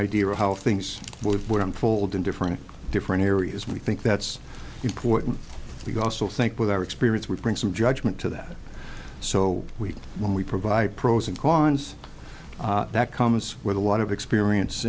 idea of how things what unfold in different different areas we think that's important we also think with our experience we bring some judgment to that so we when we provide pros and cons that comes with a lot of experience